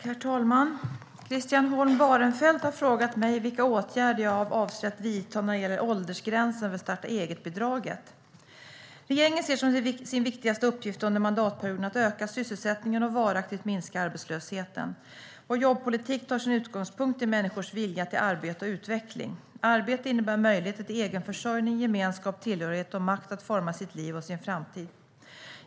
Svar på interpellationer Herr talman! Christian Holm Barenfeld har frågat mig vilka åtgärder jag avser att vidta när det gäller åldersgränsen för starta-eget-bidraget. Regeringen ser som sin viktigaste uppgift under mandatperioden att öka sysselsättningen och varaktigt minska arbetslösheten. Vår jobbpolitik tar sin utgångspunkt i människors vilja till arbete och utveckling. Arbete innebär möjligheter till egenförsörjning, gemenskap, tillhörighet och makt att forma sitt liv och sin framtid.